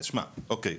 תשמע, אוקיי.